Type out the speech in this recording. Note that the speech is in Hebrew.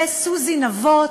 וסוזי נבות,